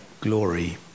glory